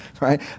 right